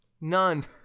none